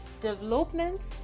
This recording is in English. development